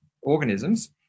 organisms